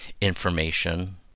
information